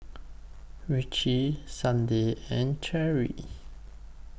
Ritchie Sydnee and Cherrie